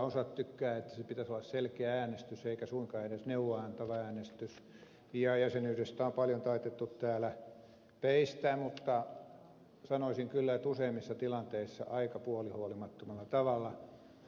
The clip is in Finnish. osa tykkää että pitäisi olla selkeä äänestys eikä suinkaan edes neuvoa antava äänestys ja jäsenyydestä on paljon taitettu täällä peistä mutta sanoisin kyllä että useimmissa tilanteissa aika puolihuolimattomalla tavalla